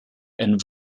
and